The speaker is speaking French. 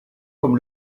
comme